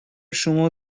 شما